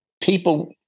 people